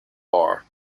bar